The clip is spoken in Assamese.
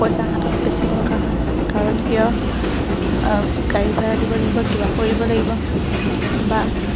পইচা হাতত বেছি দৰকাৰ হয় কাৰণ কিয় গাড়ী ভাড়া দিব লাগিব কিবা কৰিব লাগিব বা